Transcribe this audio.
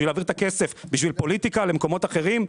בשביל להעביר את הכסף בשביל פוליטיקה למקומות אחרים?